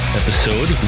episode